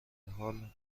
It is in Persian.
حال